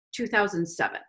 2007